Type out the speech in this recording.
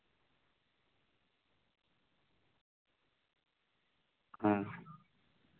ᱦᱮᱸ